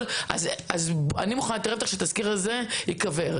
אני מוכנה להתערב איתך שהתזכיר הזה ייקבר.